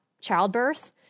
childbirth